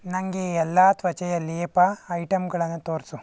ನನಗೆ ಎಲ್ಲ ತ್ವಚೆಯ ಲೇಪ ಐಟಮ್ಗಳನ್ನ ತೋರಿಸು